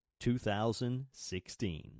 2016